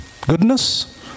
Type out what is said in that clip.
goodness